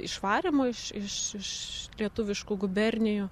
išvarymo iš iš iš lietuviškų gubernijų